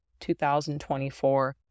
2024